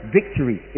victory